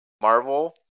Marvel